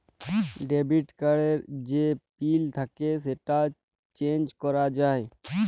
debit card এর যে পিল থাক্যে সেটা চেঞ্জ ক্যরা যায়